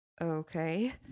Okay